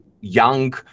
young